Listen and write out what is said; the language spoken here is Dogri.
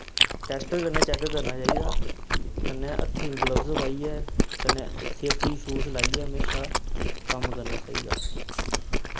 टैस्टर कन्नै चैक्क करना चाहिदा ते कन्नै हत्थें ग्लव्स पाइयै कन्नै सेफ्टी शूज लाइयै म्हेशां कम्म करना चाहिदा